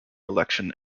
election